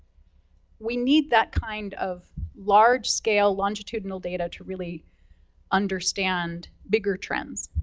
we need that kind of large scale longitudinal data to really understand bigger trends.